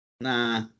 Nah